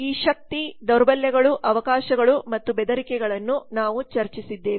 ಈ ಶಕ್ತಿ ದೌರ್ಬಲ್ಯಗಳು ಅವಕಾಶಗಳು ಮತ್ತು ಬೆದರಿಕೆಗಳನ್ನು ನಾವು ಚರ್ಚಿಸಿದ್ದೇವೆ